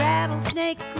Rattlesnake